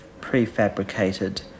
prefabricated